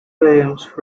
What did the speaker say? williams